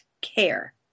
care